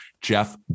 Jeff